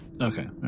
Okay